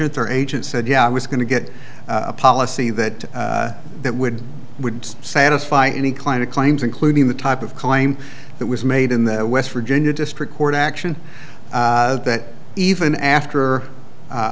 agent their agent said yeah i was going to get a policy that that would would satisfy any claim to claims including the type of claim that was made in that west virginia district court action that even after